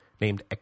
named